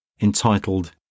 entitled